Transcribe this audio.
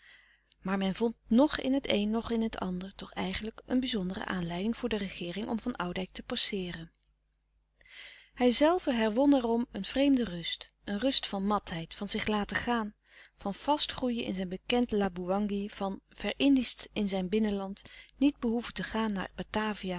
maar men vond noch in het een noch in het ander toch eigenlijk een bizondere aanleiding voor de regeering om van oudijck te passeeren hijzelve herwon er om een vreemde rust een rust van matheid van zich laten gaan van vastgroeien in zijn bekend laboewangi van ver-indiescht in zijn binnenland niet behoeven te gaan naar batavia